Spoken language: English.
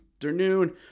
afternoon